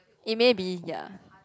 it may be ya